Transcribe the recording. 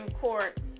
Court